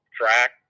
track